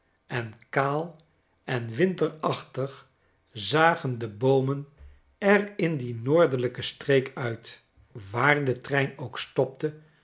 en kaal en winterachtig zagen de boomen er in die noordelijke streek uit waar de trein ook stopte